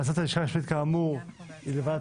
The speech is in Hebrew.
המלצת הלשכה המשפטית היא להעביר לוועדת